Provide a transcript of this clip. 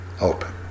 Open